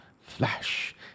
Flash